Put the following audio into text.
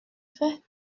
fait